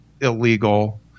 illegal